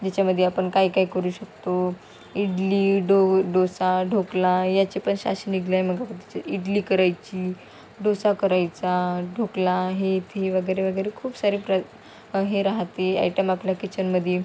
ज्याच्यामध्ये आपण काय काय करू शकतो इडली डो डोसा ढोकला याचे पण साचे निघाले मग त्याची इडली करायची डोसा करायचा ढोकला हे ते वगैरे वगैरे खूप सारे प्र हे राहते आयटम आपल्या किचनमध्ये